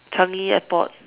Changi airport